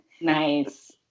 Nice